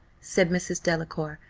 said mrs. delacour,